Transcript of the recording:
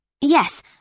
Yes